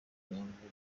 nyamvumba